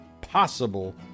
possible